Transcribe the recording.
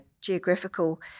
geographical